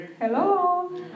Hello